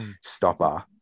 stopper